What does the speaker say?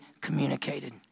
communicated